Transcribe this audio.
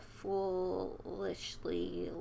Foolishly